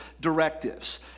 directives